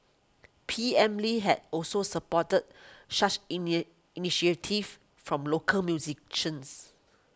P M Lee had also supported such initiatives from local musicians